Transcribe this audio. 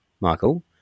Michael